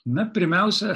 na pirmiausia